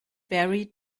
very